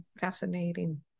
fascinating